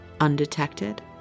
undetected